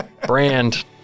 brand